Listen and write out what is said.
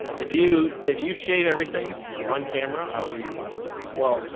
if you if you shade everything on camera, i will give you five hundred. oh, well,